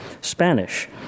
Spanish